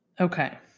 Okay